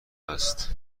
است